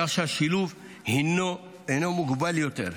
כך שהשילוב מוגבל יותר.